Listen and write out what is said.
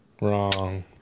Wrong